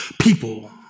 people